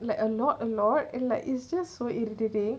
like a lot a lot and like it's just so irritating